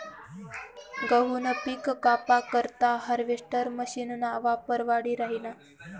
गहूनं पिक कापा करता हार्वेस्टर मशीनना वापर वाढी राहिना